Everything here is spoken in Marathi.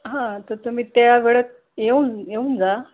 हा तर तुम्ही त्या वेळेत येऊन येऊन जा